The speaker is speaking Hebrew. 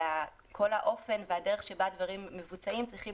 וכל האופן והדרך שבה דברים מבוצעים צריכים